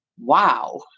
wow